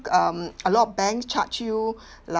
um a lot of banks charge you like